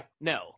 no